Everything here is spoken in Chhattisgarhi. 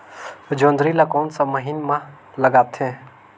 जोंदरी ला कोन सा महीन मां लगथे?